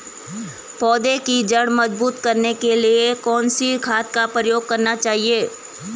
पौधें की जड़ मजबूत करने के लिए कौन सी खाद का प्रयोग करना चाहिए?